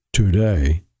Today